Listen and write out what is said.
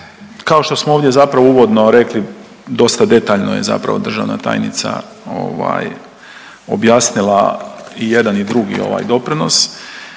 kao što smo ovdje uvodno rekli dosta detaljno je državna tajnica objasnila i jedan i drugi doprinos,